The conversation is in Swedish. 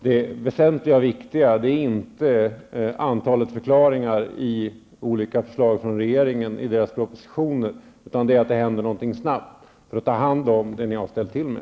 Det väsentliga och viktiga är inte antalet förklaringar i olika förslag från regeringen i propositioner, utan det är att någonting händer snabbt för att ta hand om det ni har ställt till med.